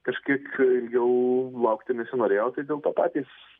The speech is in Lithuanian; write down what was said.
kažkaip ilgiau laukti nesinorėjo tai dėl to patys